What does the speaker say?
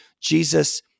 Jesus